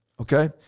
Okay